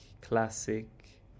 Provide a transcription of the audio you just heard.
classic